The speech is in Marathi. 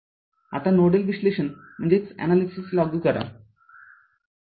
आता नोडल विश्लेषण लागू करा